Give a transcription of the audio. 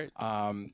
right